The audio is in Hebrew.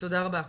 תודה רבה,